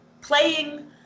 playing